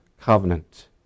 covenant